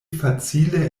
facile